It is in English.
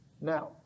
Now